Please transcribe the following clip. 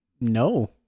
No